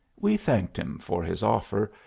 we thanked him for his offer,